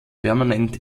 permanent